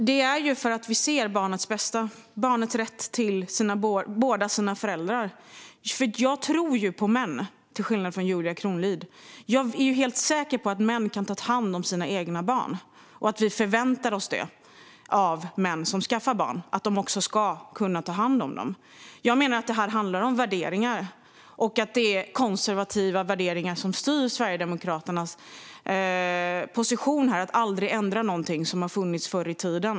Fru talman! Det är för att vi ser till barnets bästa, barnets rätt till båda sina föräldrar, som vi vill göra det här. Jag tror på män, till skillnad från Julia Kronlid. Jag är helt säker på att män kan ta hand om sina egna barn, och vi förväntar oss av män som skaffar barn att de också ska kunna ta hand om dem. Jag menar att det här handlar om värderingar och att det är konservativa värderingar som styr Sverigedemokraternas position när det gäller att aldrig ändra någonting som har funnits förr i tiden.